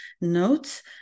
notes